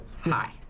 Hi